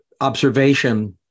observation